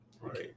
right